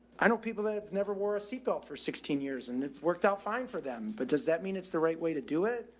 i know people that have never wore a seatbelt for sixteen years and it worked out fine for them, but does that mean it's the right way to do it?